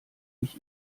ich